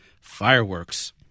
fireworks